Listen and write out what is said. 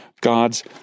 God's